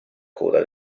coda